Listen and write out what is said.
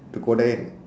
to go there